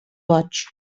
boig